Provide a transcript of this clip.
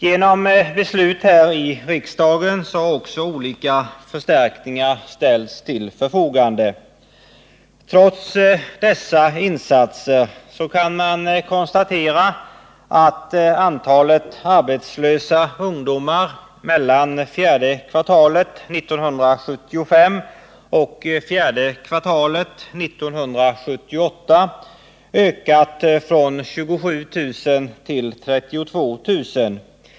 Genom beslut här i riksdagen har också olika förstärkningar ställts till förfogande. Trots dessa insatser kan man konstatera att antalet arbetslösa ungdomar mellan 4:e kvartalet 1975 och 4:e kvartalet 1978 har ökat från 27 000 till 32 000.